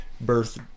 birth